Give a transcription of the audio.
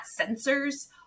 sensors